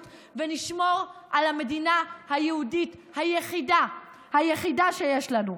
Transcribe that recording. ונשמור על המדינה היהודית היחידה שיש לנו.